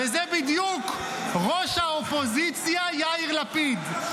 וזה בדיוק "ראש האופוזיציה יאיר לפיד".